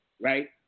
right